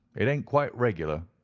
it ain't quite regular,